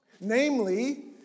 Namely